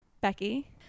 Becky